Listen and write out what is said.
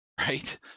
right